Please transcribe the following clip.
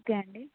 okay అండి